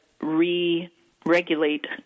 re-regulate